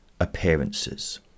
appearances